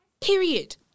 Period